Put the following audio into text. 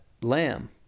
lamb